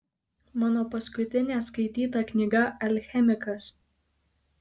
mano paskutinė skaityta knyga alchemikas